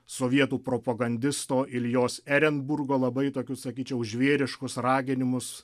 sovietų propagandisto iljos erenburgo labai tokius sakyčiau žvėriškus raginimus